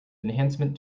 enhancement